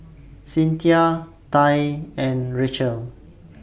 Cynthia Tai and Rachelle